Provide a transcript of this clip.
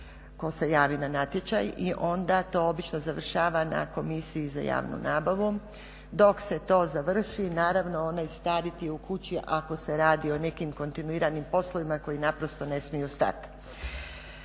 tko se javi na natječaj i onda to obično završava na Komisiji za javnu nabavu. Dok se to završi naravno onaj stari ti je u kući ako se o radi nekim kontinuiranim poslovima koji naprosto ne smiju stati.